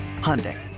Hyundai